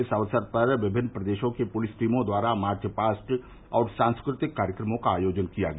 इस अक्सर पर विभिन्न प्रदेशों की पुलिस टीमों द्वारा मार्च पास्ट और सांस्कृतिक कार्यक्रमों का आयोजन किया गया